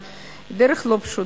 דרך לא פשוטה,